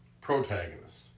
protagonist